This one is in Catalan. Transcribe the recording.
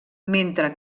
mentre